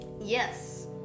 Yes